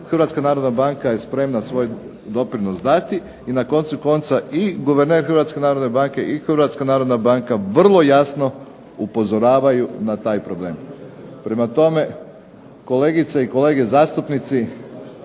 Hrvatska narodna banka je spremna svoj doprinos dati i na koncu konca i guverner Hrvatske narodne banke i Hrvatska narodna banka vrlo jasno upozoravaju na taj problem. Prema tome, kolegice i kolege zastupnici,